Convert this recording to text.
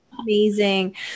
amazing